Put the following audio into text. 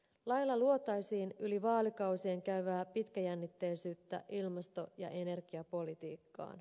lailla luotaisiin yli vaalikausien käyvää pitkäjännitteisyyttä ilmasto ja energiapolitiikkaan